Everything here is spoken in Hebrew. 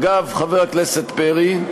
אגב, חבר הכנסת פרי,